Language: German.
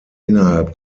innerhalb